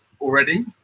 already